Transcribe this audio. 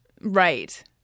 Right